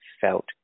felt